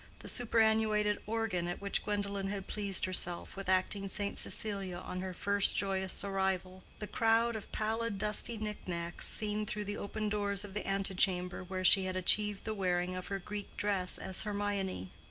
the superannuated organ at which gwendolen had pleased herself with acting saint cecelia on her first joyous arrival, the crowd of pallid, dusty knickknacks seen through the open doors of the antechamber where she had achieved the wearing of her greek dress as hermione.